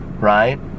Right